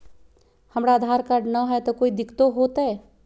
हमरा आधार कार्ड न हय, तो कोइ दिकतो हो तय?